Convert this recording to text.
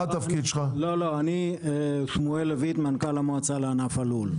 לא, אני שמואל לויט, מנכ"ל המועצה לענף הלול.